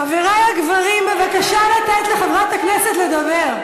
חברי הגברים, בבקשה לתת לחברת הכנסת לדבר.